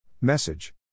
Message